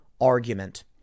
argument